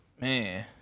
Man